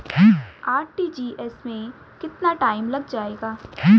RTGS में कितना time लग जाएगा?